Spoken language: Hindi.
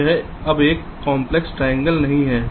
तो यह अब एक कॉम्प्लेक्स ट्रायंगल नहीं है